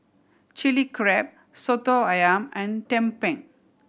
Chilli Crab Soto Ayam and tumpeng